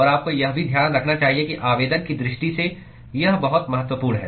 और आपको यह भी ध्यान रखना चाहिए कि आवेदन की दृष्टि से यह बहुत महत्वपूर्ण है